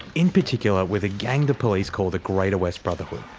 in particular, with a gang the police call the greater west brotherhood.